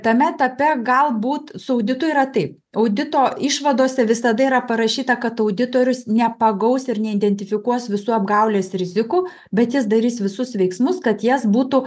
tame etape galbūt su auditu yra taip audito išvadose visada yra parašyta kad auditorius nepagaus ir neidentifikuos visų apgaulės rizikų bet jis darys visus veiksmus kad jas būtų